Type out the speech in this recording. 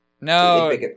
No